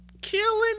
Killing